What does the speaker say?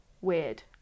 weird